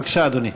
בבקשה, אדוני.